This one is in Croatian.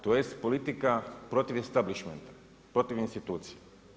Tj. politika protiv establishmenta, protiv institucija.